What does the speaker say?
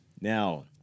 Now